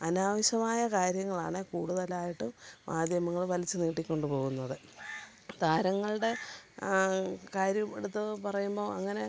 അനാവശ്യമായ കാര്യങ്ങളാണ് കൂടുതലായിട്ടും മാധ്യമങ്ങള് വലിച്ചുനീട്ടി കൊണ്ടുപോകുന്നത് താരങ്ങളുടെ കാര്യം എടുത്തു പറയുമ്പോള് അങ്ങനെ